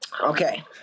Okay